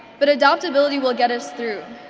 but adaptability will get us through.